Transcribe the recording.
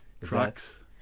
trucks